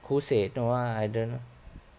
!woo! seh